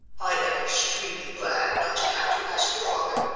i am extremely glad not to have to ask your father,